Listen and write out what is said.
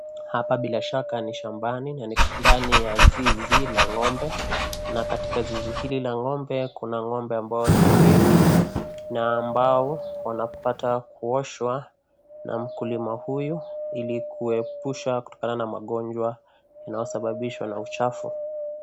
Hapa bila shaka ni shambani na ni ndani ya zizi la ng'ombe na katika zizi hili la ng'ombe, kuna ng'ombe ambao ni wengi na ambao wanapata kuoshwa na mkulima huyu ili kuepusha kutokana na magonjwa unaosababishwa na uchafu.